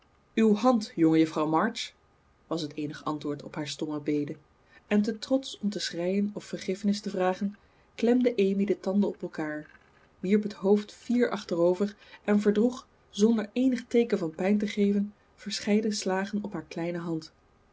uw hand jongejuffrouw march was het eenig antwoord op haar stomme bede en te trotsch om te schreien of vergiffenis te vragen klemde amy de tanden op elkaar wierp het hoofd fier achterover en verdroeg zonder eenig teeken van pijn te geven verscheiden slagen op haar kleine hand